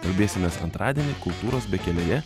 kalbėsimės antradienį kultūros bekelėje